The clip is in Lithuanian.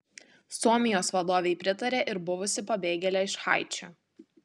suomijos vadovei pritarė ir buvusi pabėgėlė iš haičio